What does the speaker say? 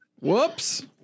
whoops